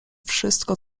wszystko